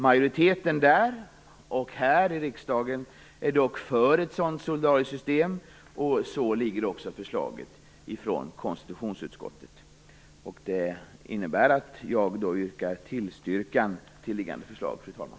Majoriteten där och här i riksdagen är dock för ett sådant solidariskt system, och det är man också i förslaget från konstitutionsutskottet. Det innebär att jag yrkar tillstyrkan till liggande förslag, fru talman.